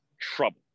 trouble